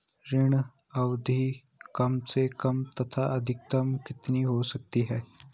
ऋण अवधि कम से कम तथा अधिकतम कितनी हो सकती है?